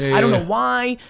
i don't know why.